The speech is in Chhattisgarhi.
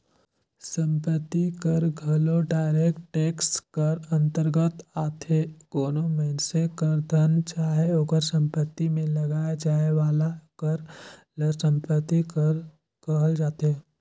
संपत्ति कर घलो डायरेक्ट टेक्स कर अंतरगत आथे कोनो मइनसे कर धन चाहे ओकर सम्पति में लगाए जाए वाला कर ल सम्पति कर कहल जाथे